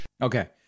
Okay